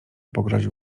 pogroził